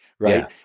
Right